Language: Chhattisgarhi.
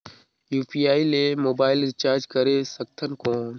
यू.पी.आई ले मोबाइल रिचार्ज करे सकथन कौन?